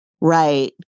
Right